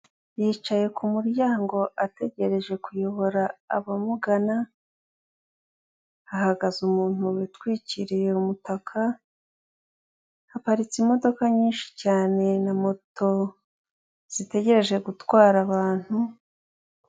Yicaye ku muryango ategereje kuyobora abamugana, hahagaze umuntu witwikiriye umutaka, haparitse imodoka nyinshi cyane na moto zitegereje gutwara abantu.